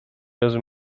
rozu